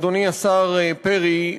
אדוני השר פרי,